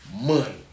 Money